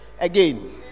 again